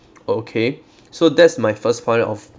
okay so that's my first point of